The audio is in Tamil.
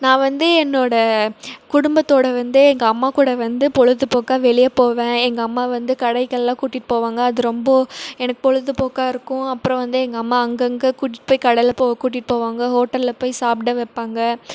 நான் வந்து என்னோடய குடும்பத்தோடு வந்து எங்கள் அம்மா கூட வந்து பொழுதுபோக்க வெளியே போவேன் எங்கள் அம்மா வந்து கடைக்கு எல்லாம் கூட்டிட்டு போவாங்க அது ரொம்ப எனக்கு பொழுதுபோக்காக இருக்கும் அப்புறம் எங்கள் அம்மா அங்கங்க கூட்டிகிட்டு போய் கடையில் கூட்டிகிட்டு போவாங்க ஹோட்டலில் போய் சாப்பிட வைப்பாங்க